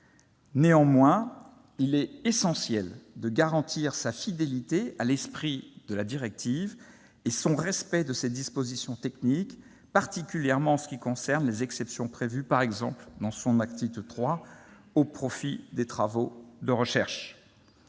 Néanmoins, il est essentiel de garantir sa fidélité à l'esprit de la directive et son respect de ses dispositions techniques, particulièrement en ce qui concerne les exceptions prévues par exemple dans son article 3, au profit des travaux de recherche.